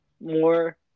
more